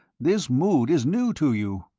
this mood is new to you.